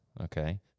okay